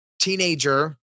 teenager